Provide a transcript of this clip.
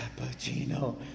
Cappuccino